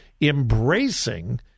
embracing